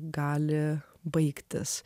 gali baigtis